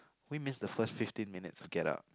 we missed the first fifteen minutes to get up